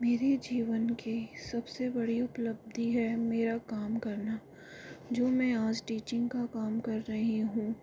मेरे जीवन के सबसे बड़ी उपलब्धी है मेरा काम करना जो मै आज टीचींग का काम कर रही हूँ